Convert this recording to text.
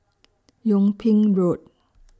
Yung Ping Road